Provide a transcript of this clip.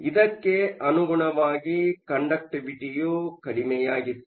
ಇದಕ್ಕೆ ಅನುಗುಣವಾಗಿ ಕಂಡಕ್ಟಿವಿಟಿಯು ಕಡಿಮೆಯಾಗಿತ್ತು